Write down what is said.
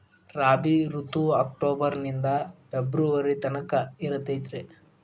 ರಾಬಿ ಋತು ಅಕ್ಟೋಬರ್ ನಿಂದ ಫೆಬ್ರುವರಿ ತನಕ ಇರತೈತ್ರಿ